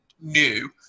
New